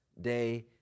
day